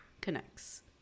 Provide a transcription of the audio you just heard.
connects